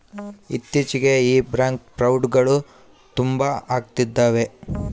ಇತ್ತೀಚಿಗೆ ಈ ಬ್ಯಾಂಕ್ ಫ್ರೌಡ್ಗಳು ತುಂಬಾ ಅಗ್ತಿದವೆ